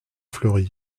fleury